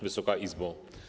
Wysoka Izbo!